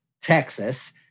Texas